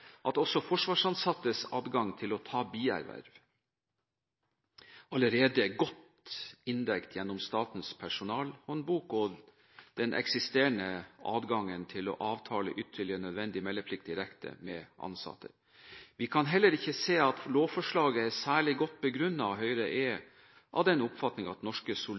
at også forsvarsansattes adgang til å ta bierverv allerede er godt dekket gjennom Statens personalhåndbok og den eksisterende adgangen til å avtale ytterligere nødvendig meldeplikt direkte med ansatte. Vi kan heller ikke se at lovforslaget er særlig godt begrunnet. Høyre er av den oppfatning at norske